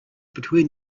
between